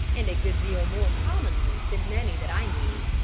and a good deal more commonly than many that i knew.